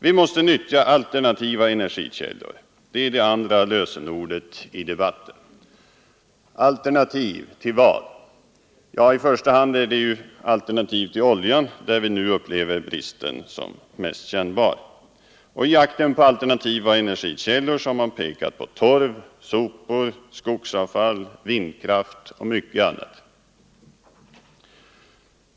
Vi måste nyttja alternativa energikällor. Det är det andra lösenordet i debatten. Alternativ — till vad? Ja, i första hand alternativ till oljan, där vi ju nu upplever bristen som mest kännbar. I jakten på alternativa energikällor har man pekat på torv, sopor, skogsavfall, vindkraft och mycket annat.